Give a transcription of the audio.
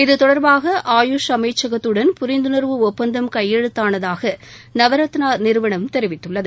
இத்தொடர்பாக ஆயுஷ் அமைச்சகத்துடன் புரிந்துணர்வு ஒப்பந்தம் கையெழுத்தானதாக நவரத்னா நிறுவனம் தெரிவித்துள்ளது